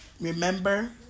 Remember